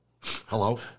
Hello